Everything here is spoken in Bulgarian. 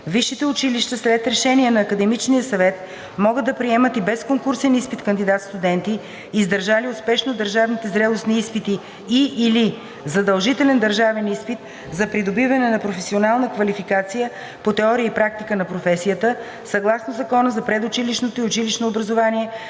Висшите училища след решение на академичния съвет могат да приемат и без конкурсен изпит кандидат-студенти, издържали успешно държавните зрелостни изпити и/или задължителен държавен изпит за придобиване на професионална квалификация – по теория и практика на професията, съгласно Закона за предучилищното и училищното образование,